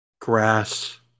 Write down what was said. Grass